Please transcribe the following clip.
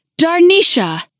Darnisha